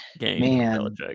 man